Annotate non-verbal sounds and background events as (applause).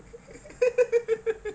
(laughs)